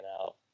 out